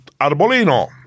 Arbolino